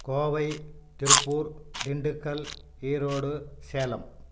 Kovai Tiruppur Dindigul Erode Salem